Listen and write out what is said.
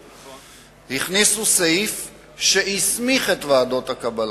והכניסו סעיף שהסמיך את ועדות הקבלה.